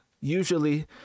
usually